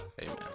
amen